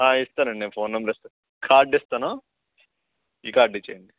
ఇస్తానండి నేను phone number ఇస్తా కార్డ్ ఇస్తాను ఈ కార్డ్ ఇచ్చేయండి